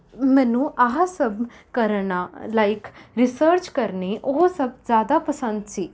ਮੈਨੂੰ ਆਹ ਸਭ ਕਰਨਾ ਲਾਈਕ ਰਿਸਰਚ ਕਰਨੀ ਉਹ ਸਭ ਜ਼ਿਆਦਾ ਪਸੰਦ ਸੀ